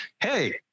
hey